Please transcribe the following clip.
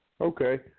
Okay